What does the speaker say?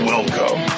Welcome